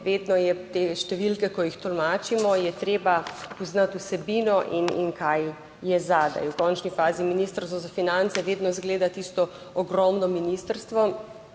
vedno te številke, ko jih tolmačimo, je treba poznati vsebino in kaj je zadaj. V končni fazi, Ministrstvo za finance vedno izgleda tisto ogromno ministrstvo,